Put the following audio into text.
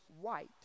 white